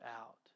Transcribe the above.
out